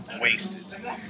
wasted